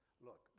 look